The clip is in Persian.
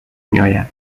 میآید